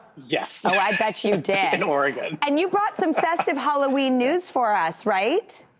yes. oh, i bet you did. in oregon. and you brought some festive halloween news for us, right?